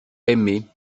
aimée